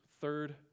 Third